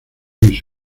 luis